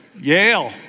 Yale